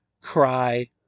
Cry